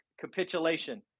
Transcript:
capitulation